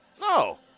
No